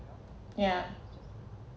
yeah